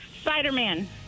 Spider-Man